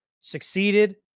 succeeded